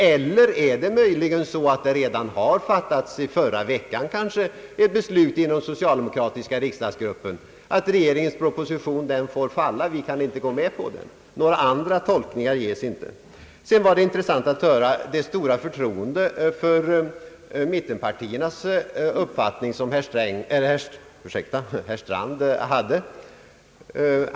Eller har det möjligen redan, kanske i förra veckan, fattats ett beslut i den socialdemokratiska riksdagsgruppen att regeringens proposition får falla, att man inte kan gå med på den? Några andra tolkningar ges inte. Det var intressant att höra vilket stort förtroende för mittenpartiernas uppfattning som herr Strand hade.